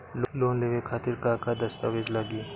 Loan लेवे खातिर का का दस्तावेज लागी?